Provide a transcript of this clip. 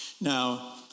Now